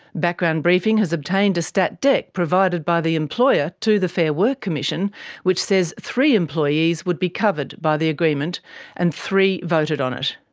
background briefing has obtained a stat dec provided by the employer to the fair work commission which says three employees would be covered by the agreement and three voted on it.